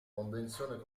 convenzione